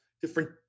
different